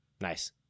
Nice